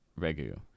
Regu